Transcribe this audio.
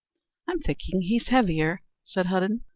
i'm thinking he's heavier, said hudden.